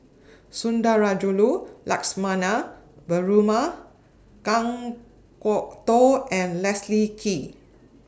Sundarajulu Lakshmana Perumal Kan Kwok Toh and Leslie Kee